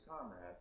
comrades